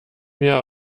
wir